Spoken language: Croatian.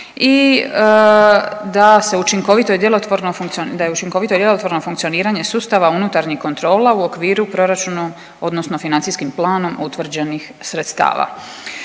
da je učinkovito i djelotvorno funkcioniranje sustava unutarnjih kontrola u okviru proračuna odnosno financijskim planom utvrđenih sredstava.